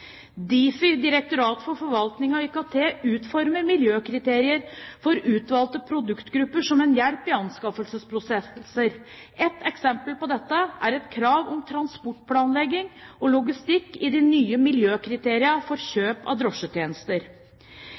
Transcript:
Difi, Direktoratet for forvaltning og IKT, utformer miljøkriterier for utvalgte produktgrupper som en hjelp i anskaffelsesprosesser. Et eksempel på dette er et krav om transportplanlegging og logistikk i de nye miljøkriteriene for kjøp av drosjetjenester.